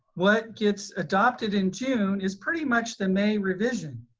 what gets adopted in june is pretty much the may revision.